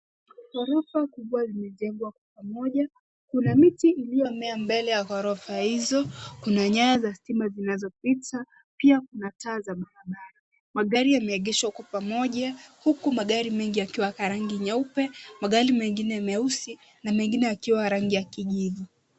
Ghorofa kubwa zimejengwa kwa pamoja . Kuna miti iliyomea mbele ya ghorofa hizi . Kuna nyaya za stima zinazopita, pia kuna taa za barabara. Magari yameegeshwa kwa pamoja, huku magari mengi yakiwa ya rangi meupe, magari mengine meusi na mengine yakiwa rangi ya kijivu.